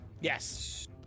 Yes